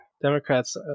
Democrats